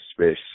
space